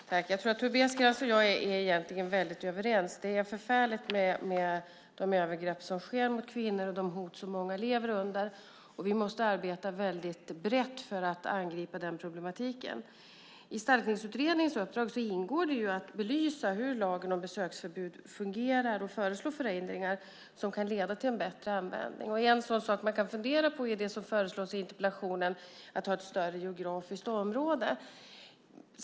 Herr talman! Jag tror att Tobias Krantz och jag egentligen är väldigt överens. Det är förfärligt med de övergrepp som sker mot kvinnor och de hot som många lever under. Vi måste arbeta väldigt brett för att angripa den problematiken. I Stalkningsutredningens uppdrag ingår att belysa hur lagen om besöksförbud fungerar och föreslå förändringar som kan leda till en bättre användning. En sådan sak som man kan fundera på är det som föreslås i interpellationen om att ha ett större geografiskt område.